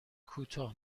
کوتاه